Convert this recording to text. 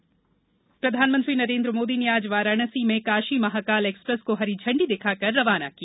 Mahakal express प्रधानमंत्री नरेन्द्र मोदी ने आज वाराणसी में काशी महाकाल एक्सप्रेस को हरी झंडी दिखाकर रवाना किया